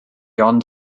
ond